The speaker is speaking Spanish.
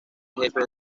jefe